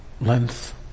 Length